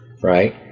right